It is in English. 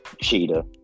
Cheetah